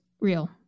Real